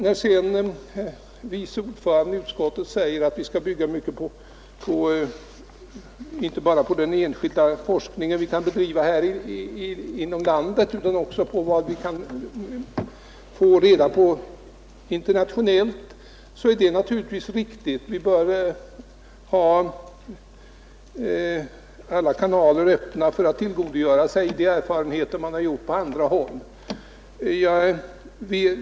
När sedan vice ordföranden i utskottet säger att vi skall bygga mycket inte bara på den enskilda forskningen inom landet utan också på vad vi kan få reda på genom den internationellt bedrivna forskningen, så är det naturligtvis riktigt. Vi bör hålla alla kanaler öppna för att tillgodogöra oss de erfarenheter som har vunnits på andra håll.